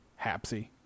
hapsy